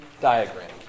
diagram